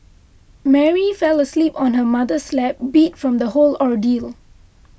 Mary fell asleep on her mother's lap beat from the whole ordeal